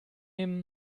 arm